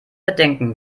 bedenken